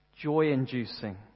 joy-inducing